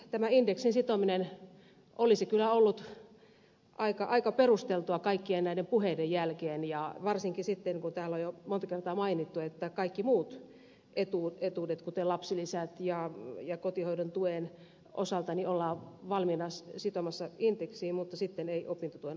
tämä indeksiin sitominen olisi kyllä ollut aika perusteltua kaikkien näiden puheiden jälkeen ja varsinkin sitten kun täällä on jo monta kertaa mainittu että kaikki muut etuudet kuten lapsilisät ja kotihoidon tuki ollaan valmiita sitomaan indeksiin mutta ei opintotukea